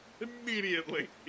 immediately